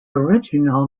original